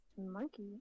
Monkey